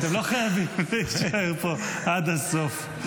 אתם לא חייבים להישאר פה עד הסוף,